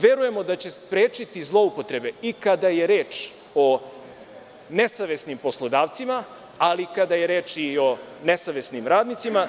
Verujemo da će sprečiti zloupotrebe i kada je reč o nesavesnim poslodavcima, ali i kada je reč i o nesavesnim radnicima.